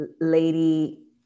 lady